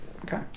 Okay